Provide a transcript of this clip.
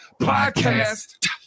Podcast